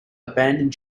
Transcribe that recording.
abandoned